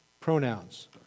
pronouns